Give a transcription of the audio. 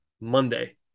Monday